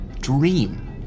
dream